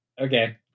Okay